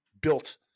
built